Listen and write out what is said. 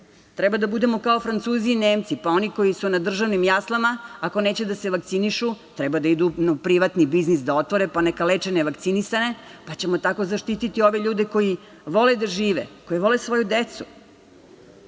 treba da budemo kao Francuzi i Nemci, pa oni koji su na državnim jaslama ako neće da se vakcinišu, treba da idu u privatni biznis, da otvore, pa neka leče nevakcinisane, pa ćemo tako zaštiti ove ljude koji vole da žive, koji vole svoju decu. Idemo